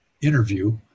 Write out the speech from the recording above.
interview